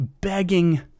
begging